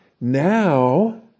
Now